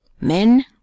Men